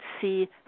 see